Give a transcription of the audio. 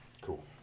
Cool